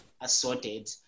assorted